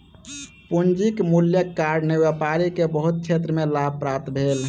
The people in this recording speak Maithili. पूंजीक मूल्यक कारणेँ व्यापारी के बहुत क्षेत्र में लाभ प्राप्त भेल